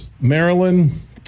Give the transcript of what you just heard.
Maryland